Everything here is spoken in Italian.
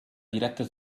diretta